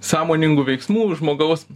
sąmoningų veiksmų žmogaus